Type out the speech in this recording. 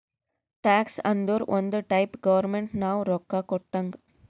tax ಅಂದುರ್ ಒಂದ್ type government ನಾವು ರೊಕ್ಕಾ ಕೊಟ್ಟಂಗ್